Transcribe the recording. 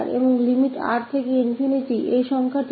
अब इस 𝑒−𝑠𝑅 और limit 𝑅 से ∞ जहां संख्या क्या है